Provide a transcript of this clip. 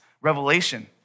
Revelation